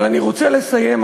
אבל אני רוצה לסיים,